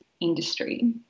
industry